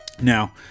Now